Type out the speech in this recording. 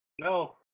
No